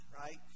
right